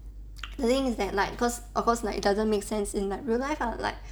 the thing is like like cause of course it doesn't make sense in like real life ah